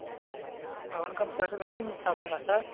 sir வணக்கம் sir welding ஷாப்புங்களா sir